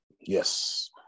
Yes